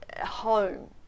home